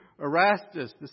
Erastus